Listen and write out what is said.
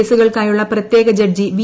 കേസുകൾക്കായുള്ള പ്രത്യേക ജഡ്ജി വി